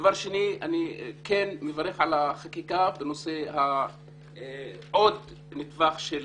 אני כן מברך על החקיקה שמהווה עוד נדבך.